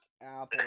Apple